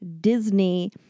Disney